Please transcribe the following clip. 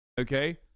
Okay